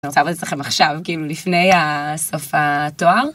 אני רוצה לעבוד אצלכם עכשיו, כאילו לפני הסוף התואר.